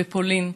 בפולין.